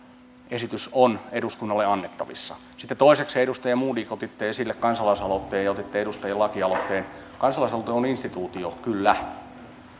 esitys on eduskunnalle annettavissa sitten toisekseen edustaja modig otitte esille kansalaisaloitteen ja edustajien lakialoitteen kansalaisaloite on instituutio kyllä